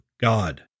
God